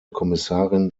kommissarin